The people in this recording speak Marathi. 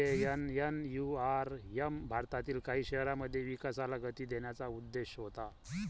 जे.एन.एन.यू.आर.एम भारतातील काही शहरांमध्ये विकासाला गती देण्याचा उद्देश होता